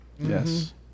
yes